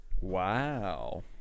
Wow